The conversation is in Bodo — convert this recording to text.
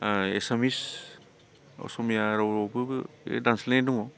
ओ एसामिस असमिया रावआवबो बे दानस्लायनाय दङ